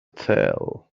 tell